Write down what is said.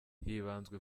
hibanzwe